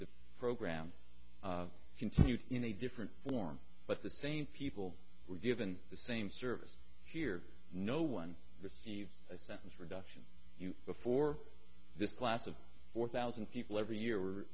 the program continued in a different form but the same people were given the same service here no one received a sentence reduction before this class of four thousand people every year were